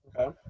Okay